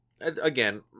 again